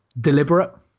deliberate